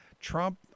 Trump